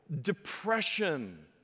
depression